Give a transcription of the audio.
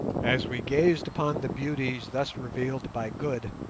as we gazed upon the beauties thus revealed by good,